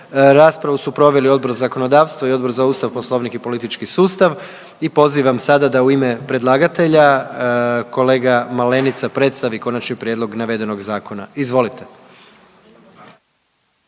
raspravu su proveli Odbor za zakonodavstvo i Odbor za Ustav, Poslovnik i politički sustav i pozivam sada da u ime predlagatelja kolega Malenica predstavi konačni prijedlog navedenog zakona. Izvolite.